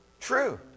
True